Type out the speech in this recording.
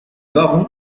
baron